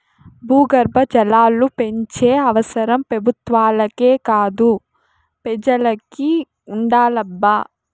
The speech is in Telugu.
భూగర్భ జలాలు పెంచే అవసరం పెబుత్వాలకే కాదు పెజలకి ఉండాలబ్బా